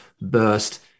burst